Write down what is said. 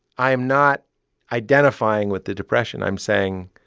i am not identifying with the depression. i'm saying,